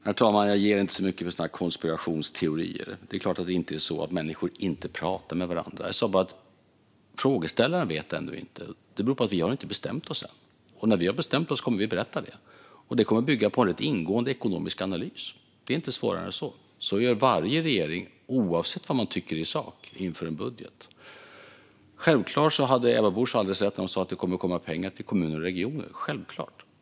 Herr talman! Jag ser inte så mycket för sådana konspirationsteorier. Det är klart att det inte är så att människor inte talar med varandra. Att frågeställaren ännu inte vet beror på att vi inte har bestämt oss än. När vi har bestämt oss kommer vi att berätta det. Det kommer att bygga på en rätt ingående ekonomisk analys. Det är inte svårare än så. Så gör varje regering oavsett vad man tycker i sak inför en budget. Självklart hade Ebba Busch alldeles rätt när hon sa att det kommer att komma pengar till kommuner och regioner.